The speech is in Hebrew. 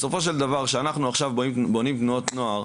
בסופו של דבר כשאנחנו עכשיו בונים תנועות נוער,